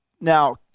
now